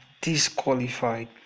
disqualified